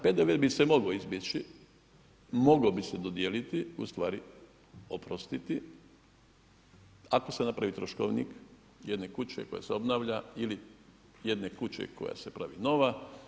PDV bi se mogao izbjeći, mogao bi se dodijeliti, ustvari oprostiti ako se napravi troškovnik jedne kuće koja se obnavlja ili jedne kuće koja se pravi nova.